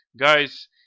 guys